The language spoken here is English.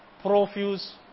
profuse